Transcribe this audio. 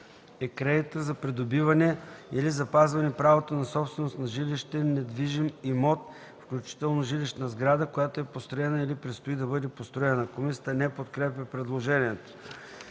е кредитът за придобиване или запазване правото на собственост на жилищен недвижим имот, включително жилищна сграда, която е построена или предстои да бъде построена.” Комисията не подкрепя предложението.